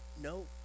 no